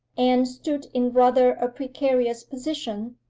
anne stood in rather a precarious position,